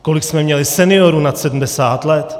Kolik jsme měli seniorů nad 70 let?